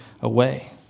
away